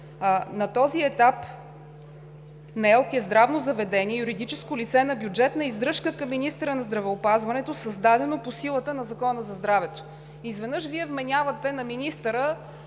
на този етап НЕЛК е здравно заведение, юридическо лице на бюджетна издръжка към министъра на здравеопазването, създадено по силата на Закона за здравето. Изведнъж Вие вменявате на министъра